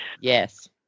Yes